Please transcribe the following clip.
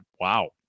Wow